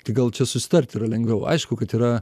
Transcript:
tik gal čia susitart yra lengviau aišku kad yra